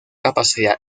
capacidad